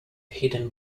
hidden